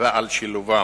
ועל שילובם.